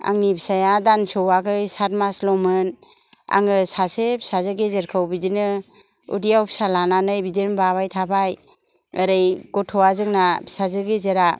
आंनि फिसाया दानस'याखै साथ मास ल'मोन आङो सासे फिसाजो गेजेरखौ बिदिनो उदैयाव फिसा लानानै बिदिनो बाबाय थाबाय ओरै गथ'या जोंना फिसाजो गेजेरा